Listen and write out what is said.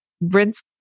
Rinse